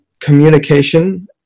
communication